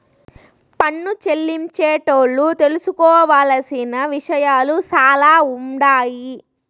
పన్ను చెల్లించేటోళ్లు తెలుసుకోవలసిన విషయాలు సాలా ఉండాయి